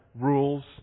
rules